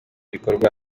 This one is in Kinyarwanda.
bikorwa